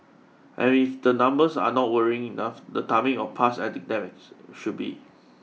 and if the numbers are not worrying enough the timing of past epidemics should be